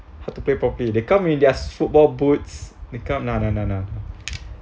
how to play properly they come in theirs football boots they come no no no